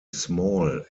small